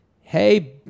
Hey